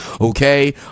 okay